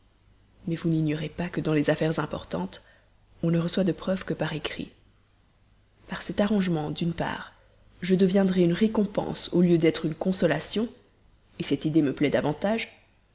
mais vous n'ignorez pas que dans les affaires importantes on ne reçoit de preuves que par écrit par cet arrangement d'une part je deviendrai une récompense au lieu d'être une consolation cette idée me plaît davantage